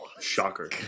Shocker